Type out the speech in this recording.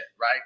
Right